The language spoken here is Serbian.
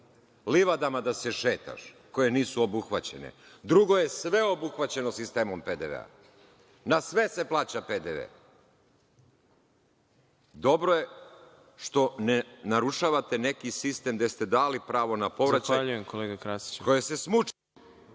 livadama da se šetaš koje nisu obuhvaćene. Drugo je sve obuhvaćeno sistemom PDV-a. Na sve se plaća PDV. Dobro je što ne narušavate neki sistem gde ste dali pravo na povraćaj… **Đorđe